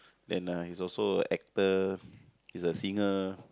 then ah he's also a actor he's a singer